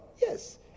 Yes